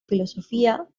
filosofía